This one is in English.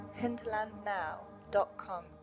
hinterlandnow.com